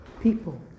People